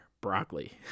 broccoli